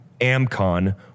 AMCON